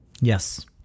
Yes